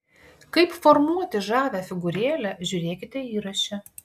kaip formuoti žavią figūrėlę žiūrėkite įraše